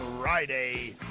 Friday